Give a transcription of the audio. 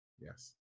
Yes